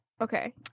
okay